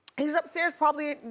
he's upstairs probably.